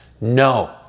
no